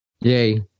Yay